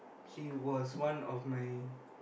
he was one of my